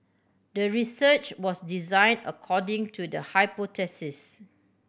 the research was design according to the hypothesis